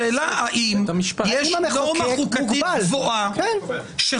השאלה היא האם יש נורמה חוקתית קבועה שחוק